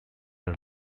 are